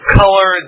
color